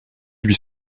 lui